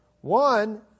one